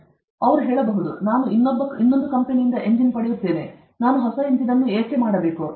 ನಂತರ ಅವರು ಹೇಳುತ್ತಾರೆ ನಾನು ಇನ್ನೊಬ್ಬ ಕಂಪನಿಯಿಂದ ಎಂಜಿನ್ ಪಡೆಯಬಹುದು ನಾನು ಹೊಸ ಎಂಜಿನ್ ಅನ್ನು ಏಕೆ ಮಾಡಬೇಕು